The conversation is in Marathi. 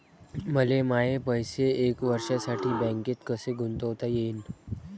मले माये पैसे एक वर्षासाठी बँकेत कसे गुंतवता येईन?